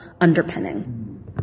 underpinning